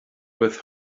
with